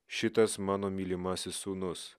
šitas mano mylimasis sūnus